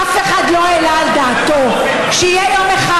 אף אחד לא העלה על דעתו שיהיה יום אחד